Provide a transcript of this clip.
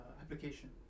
application